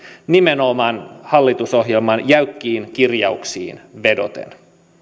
nimenomaan hallitusohjelman jäykkiin kirjauksiin vedoten